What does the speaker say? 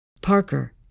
Parker